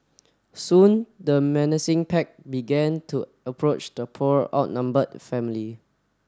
soon the menacing pack began to approach the poor outnumbered family